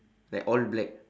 like all black